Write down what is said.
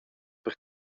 per